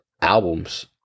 albums